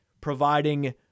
providing